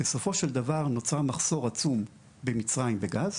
בסופו של דבר נוצר מחסור עצום במצרים בגז.